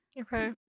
Okay